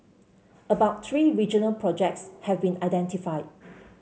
about three regional projects have been identified